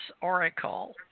Oracle